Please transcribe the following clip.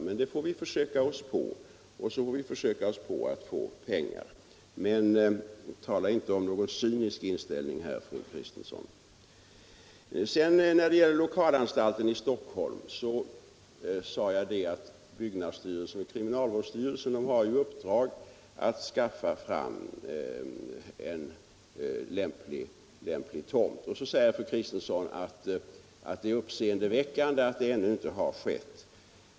Men det får vi försöka oss på, liksom vi får försöka att skaffa pengar. Men tala inte om någon cynisk inställning, fru Kristensson. När det gäller lokalanstalten i Stockholm har byggnadsstyrelsen och kriminalvårdsstyrelsen i uppdrag att skaffa fram en lämplig tomt. Så säger fru Kristensson att det är uppseendeväckande att det ännu inte lyckats.